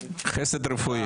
ארבעה.